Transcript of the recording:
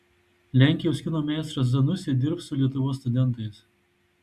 lenkijos kino meistras zanussi dirbs su lietuvos studentais